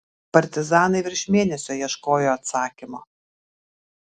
partizanai virš mėnesio ieškojo atsakymo